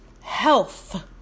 health